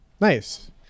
Nice